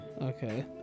Okay